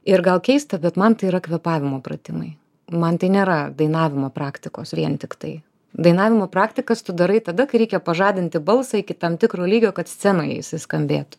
ir gal keista bet man tai yra kvėpavimo pratimai man tai nėra dainavimo praktikos vien tiktai dainavimo praktikas tu darai tada kai reikia pažadinti balsą iki tam tikro lygio kad scenoje jisai skambėtų